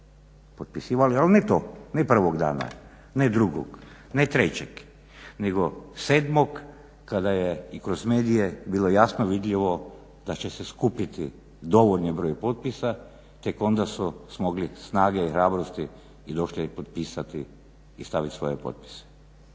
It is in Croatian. potpisivali ali ne prvog dana, ne drugog, ne trećeg nego sedmog kada je i kroz medije bilo jasno vidljivo da će se skupiti dovoljni broj potpisa, tek onda su smogli snage i hrabrosti i došli potpisati i stavit svoje potpise.